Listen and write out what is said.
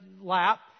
lap